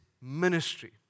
ministry